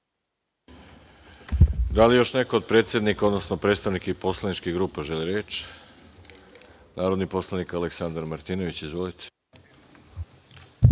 Da li još neko od predsednika, odnosno predstavnika poslaničkih grupa želi reč? Narodni poslanik Aleksandar Martinović ima reč.